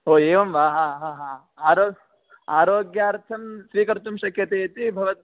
ओ एवं वा हा हा हा हा आरोग्यार्थं स्वीकर्तुं शक्यते इति भवत्